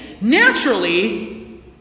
naturally